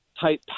type